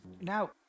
Now